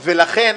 -- ולכן,